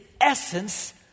essence